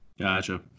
Gotcha